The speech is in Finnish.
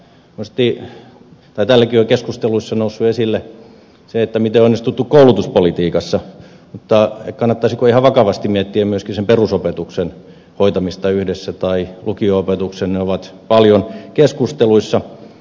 täälläkin on keskusteluissa noussut esille se miten on onnistuttu koulutuspolitiikassa mutta kannattaisiko ihan vakavasti miettiä myöskin perusopetuksen hoitamista yhdessä tai lukio opetuksen ne ovat paljon keskusteluissa